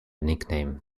nickname